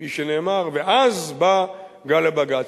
כפי שנאמר: ואז בא גל הבג"צים.